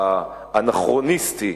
האנכרוניסטי,